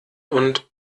und